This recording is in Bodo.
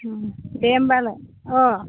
दे होमब्लालाय अ